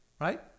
Right